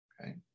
okay